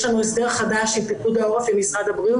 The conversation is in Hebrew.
יש לנו הסדר חדש של פיקוד העורף עם משרד הבריאות,